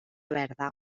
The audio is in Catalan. verda